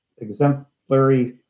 exemplary